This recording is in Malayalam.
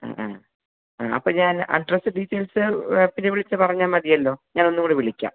ആണോ അപ്പോൾ ഞാൻ അഡ്രെസ്സ് ഡീറ്റെയിൽസ് പിന്നെ വിളിച്ച് പറഞ്ഞാൽ മതിയല്ലോ ഞാൻ ഒന്നും കൂടെ വിളിക്കാം